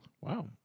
Wow